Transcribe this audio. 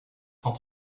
cent